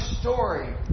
story